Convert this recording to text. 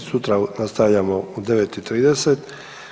Sutra nastavljamo u 9,30 sa